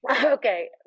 okay